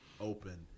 open